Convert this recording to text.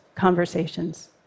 Conversations